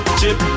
chip